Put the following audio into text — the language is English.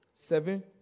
seven